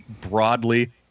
broadly